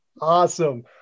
Awesome